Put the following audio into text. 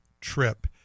trip